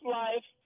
life